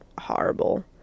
horrible